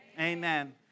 Amen